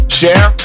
share